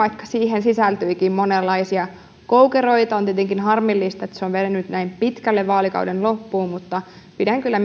siihen sisältyikin monenlaisia koukeroita on tietenkin harmillista että se on edennyt näin pitkälle vaalikauden loppuun mutta pidän kyllä